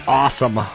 awesome